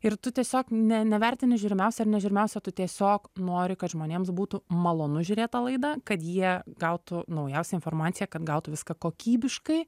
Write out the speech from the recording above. ir tu tiesiog ne nevertini žiūrimiausia ar nežiūrimiausia tu tiesiog nori kad žmonėms būtų malonu žiūrėt tą laida kad jie gautų naujausią informaciją kad gautų viską kokybiškai